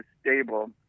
stable